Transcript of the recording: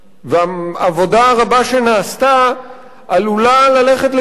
העבודה הרבה שנעשתה עלולה ללכת לטמיון,